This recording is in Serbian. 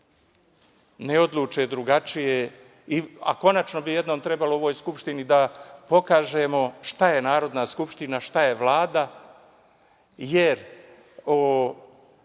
ne odluče drugačije, a konačno bi jednom trebalo u ovoj Skupštini da pokažemo šta je Narodna skupština, šta je Vlada, jer